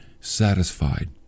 satisfied